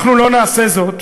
אנחנו לא נעשה זאת,